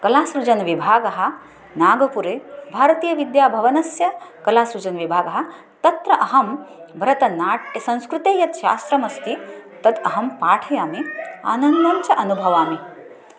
कलासृजनविभागः नागपुरे भारतीयविद्याभवनस्य कलासृजनविभागः तत्र अहं भरतनाट्यं संस्कृते यत् शास्त्रमस्ति तत् अहं पाठयामि आनन्दं च अनुभवामि